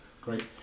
Great